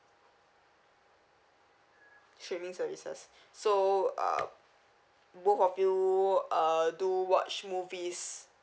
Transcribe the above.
streaming services so uh both of you uh do watch movies